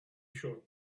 short